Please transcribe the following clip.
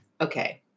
okay